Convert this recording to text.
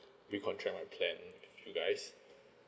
recontract my plan with you guys